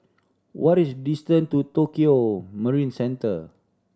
what is distance to Tokio Marine Centre